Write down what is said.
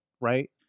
right